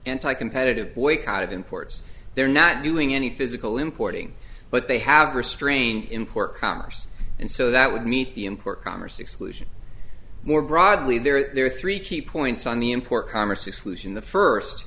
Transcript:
anti competitive boycott of imports they're not doing any physical importing but they have restrained import commerce and so that would meet the import commerce exclusion more broadly there are three key points on the import commerce exclusion the first